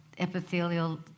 epithelial